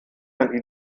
ein